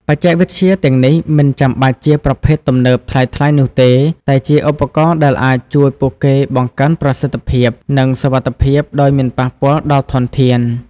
បច្ចេកវិទ្យាទាំងនេះមិនចាំបាច់ជាប្រភេទទំនើបថ្លៃៗនោះទេ តែជាឧបករណ៍ដែលអាចជួយពួកគេបង្កើនប្រសិទ្ធភាព និងសុវត្ថិភាពដោយមិនប៉ះពាល់ដល់ធនធាន។